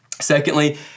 Secondly